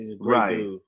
Right